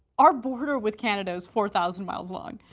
our border with canada is four thousand miles long.